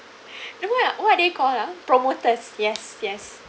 then what're what are they call ah promoters yes yes